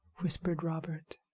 whispered robert,